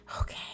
okay